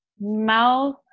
mouth